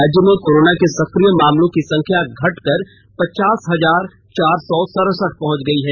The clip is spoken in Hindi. राज्य में कोरोना के सक्रिय मामलों की संख्या घटकर पचास हजार चार सौ सरसठ पहुंच गई है